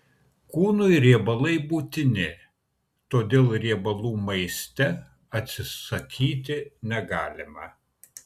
kūnui riebalai būtini todėl riebalų maiste atsisakyti negalima